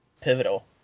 pivotal